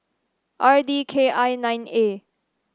R D K I nine A